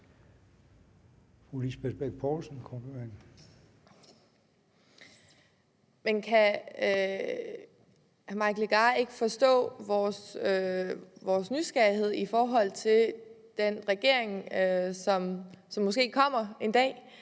Men kan hr. Mike Legarth ikke forstå vores nysgerrighed i forhold til den regering, som måske kommer en dag